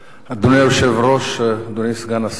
אדוני היושב-ראש, אדוני סגן השר,